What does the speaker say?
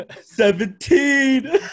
Seventeen